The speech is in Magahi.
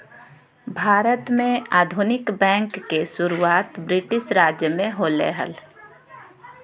भारत में आधुनिक बैंक के शुरुआत ब्रिटिश राज में होलय हल